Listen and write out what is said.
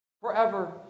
Forever